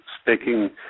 speaking